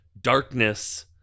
darkness